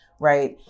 right